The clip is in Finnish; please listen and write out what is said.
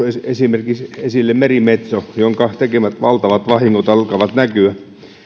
on noussut esille esimerkiksi merimetsolle jonka tekemät valtavat vahingot alkavat näkyä